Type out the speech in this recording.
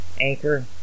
Anchor